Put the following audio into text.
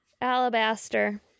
Alabaster